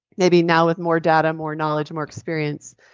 maybe now with more data, more knowledge, and more experience,